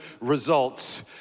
results